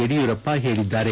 ಯಡಿಯೂರಪ್ಪ ಹೇಳಿದ್ದಾರೆ